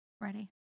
Ready